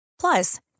Plus